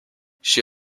she